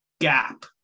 gap